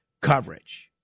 coverage